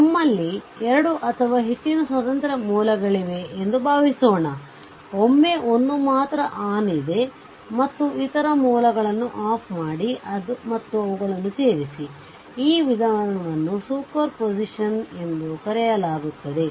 ನಮ್ಮಲ್ಲಿ 2 ಅಥವಾ ಹೆಚ್ಚಿನ ಸ್ವತಂತ್ರ ಮೂಲಗಳಿವೆ ಎಂದು ಭಾವಿಸೋಣ ಒಮ್ಮೆ ಒಂದು ಮಾತ್ರ ಆನ್ ಇದೆ ಮತ್ತು ಇತರ ಮೂಲಗಳನ್ನು ಆಫ್ ಮಾಡಿ ಮತ್ತು ಅವುಗಳನ್ನು ಸೇರಿಸಿ ಈ ವಿಧಾನವನ್ನು ಸೂಪರ್ ಪೊಸಿಷನ್ ಎಂದು ಕರೆಯಲಾಗುತ್ತದೆ